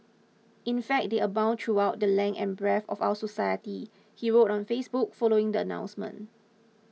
in fact they abound throughout the length and breadth of our society he wrote on Facebook following the announcement